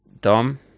Dom